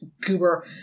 goober